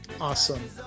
awesome